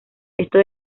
esto